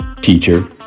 teacher